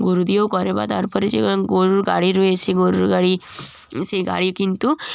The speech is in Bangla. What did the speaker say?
গরু দিয়েও করে বা তারপরে যে গরুর গাড়ি রয়েছে গরু গাড়ি সেই গাড়ি কিন্তু